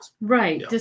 Right